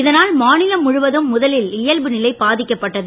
இதனால் மாநிலம் முழுவதும் முதலில் இயல்பு நிலை பாதிக்கப்பட்டது